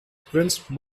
prince